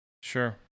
Sure